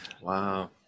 Wow